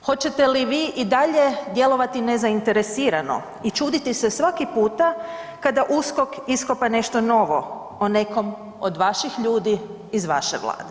Hoćete li i vi dalje djelovati nezainteresirano i čuditi se svaki puta kada USKOK iskopa nešto novo o nekom od vaših ljudi iz vaše Vlade?